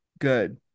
good